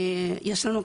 יש לנו,